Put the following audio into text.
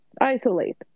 isolate